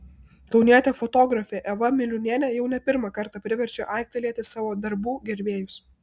kaunietė fotografė eva miliūnienė jau ne pirmą kartą priverčia aiktelėti savo darbų gerbėjus